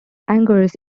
angers